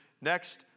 next